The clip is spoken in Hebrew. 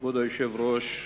כבוד היושב-ראש,